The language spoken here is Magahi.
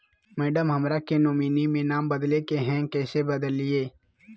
मैडम, हमरा के नॉमिनी में नाम बदले के हैं, कैसे बदलिए